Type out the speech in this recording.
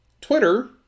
Twitter